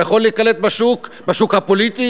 שיכול להיקלט בשוק הפוליטי,